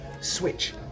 Switch